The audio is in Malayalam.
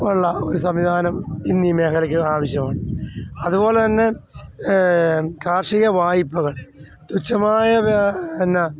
ഉള്ള ഒരു സംവിധാനം ഇന്ന് ഈ മേഖലയ്ക്ക് ആവശ്യമാണ് അതുപോലെ തന്നെ കാർഷിക വായ്പ്പകൾ തുച്ഛമായ പിന്ന